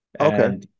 okay